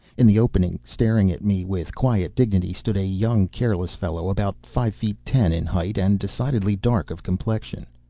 in the opening, staring at me with quiet dignity, stood a young, careless fellow, about five feet ten in height and decidedly dark of complexion.